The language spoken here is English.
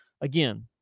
Again